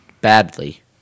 badly